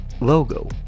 Logo